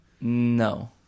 No